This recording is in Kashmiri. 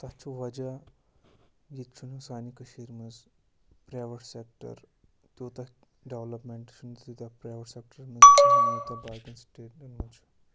تَتھ چھُ وَجہ ییٚتہِ چھُنہٕ سانہِ کٔشیٖرِ منٛز پرٛیوٮ۪ٹ سٮ۪کٹَر تیوٗتاہ ڈٮ۪ولَپمٮ۪نٛٹ چھِنہٕ تیٖتیٛاہ پرٛیوٮ۪ٹ سٮ۪کٹَر یوٗتاہ باقِیَن سٕٹیٹَن منٛز چھُ